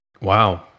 Wow